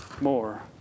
more